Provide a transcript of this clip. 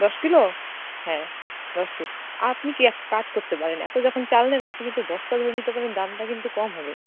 দশ কিলো হ্যাঁ দশ কেজি আপনি কি এক কাজ করতে পারেন এত যখন চাল নেন আপনি কিন্তু বস্তা ধরে নিতে পারেন দামটা কিন্তু কম হবে